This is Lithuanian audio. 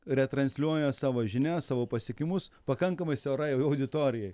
retransliuoja savo žinias savo pasiekimus pakankamai siaurai auditorijai